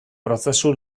prozesu